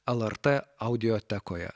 lrt audiotekoje